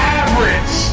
average